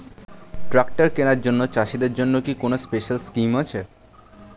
Tractor কেনার জন্য চাষিদের জন্য কি কোনো স্পেশাল স্কিম আছে?